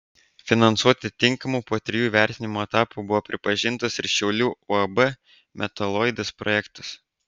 finansuoti tinkamu po trijų vertinimo etapų buvo pripažintas ir šiaulių uab metaloidas projektas